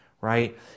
right